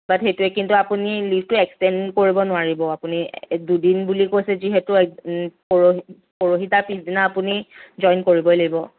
বাট সেইটোৱে কিন্তু আপুনি লীভটো এক্সটেণ্ড কৰিব নোৱাৰিব আপুনি দুদিন বুলি কৈছে যিহেতু এক পৰহি পৰহি তাৰ পিছদিনা আপুনি জইন কৰিবই লাগিব